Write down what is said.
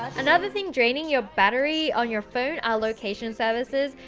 another thing draining your battery on your phone, are location services,